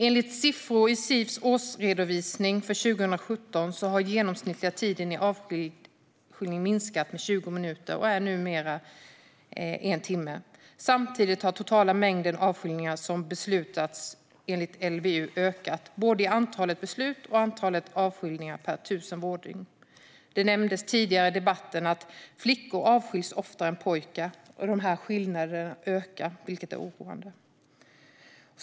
Enligt siffror i Sis årsredovisning för 2017 har den genomsnittliga tiden i avskildhet minskat med 20 minuter och är numera en timme. Samtidigt har den totala mängden avskiljningar som beslutats enligt LVU ökat, både i antal beslut och i antal avskiljningar per 1 000 vårddygn. Det nämndes tidigare i debatten att flickor avskiljs oftare än pojkar. Den skillnaden ökar, vilket är oroande.